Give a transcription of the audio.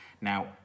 Now